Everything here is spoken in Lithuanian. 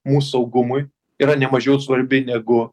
mūsų saugumui yra ne mažiau svarbi negu